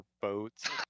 boats